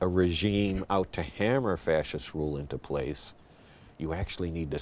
a regime out to hammer a fascist rule into place you actually need to